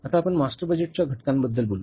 आता आपण मास्टर बजेटच्या घटकांबद्दल बोलू